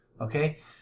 Okay